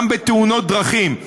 גם בתאונות דרכים.